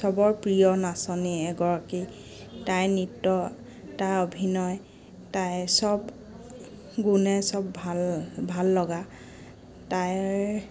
চবৰ প্ৰিয় নাচনী এগৰাকী তাই নৃত্য তাই অভিনয় তাই চব গুণে চব ভাল ভাল লগা তাইৰ